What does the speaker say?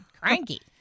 Cranky